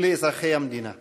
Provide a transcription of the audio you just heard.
ולאזרחי המדינה.